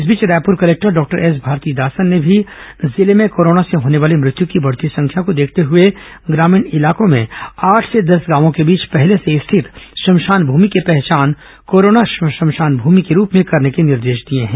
इस बीच Raipur collector doctor S Bharathidasan ने भी जिले में कोरोना से होने वाली मृत्यु की बढ़ती संख्या को देखते हुए ग्रामीण इलाकों में आठ से दस गांवों के बीच पहले से स्थित श्मशान भूमि की पहचान कोरोना श्मशान भूमि के रूप में करने के निर्देश दिए हैं